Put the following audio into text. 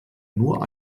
nur